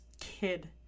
kid